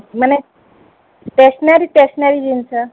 ମାନେ stationery stationery ଜିନିଷ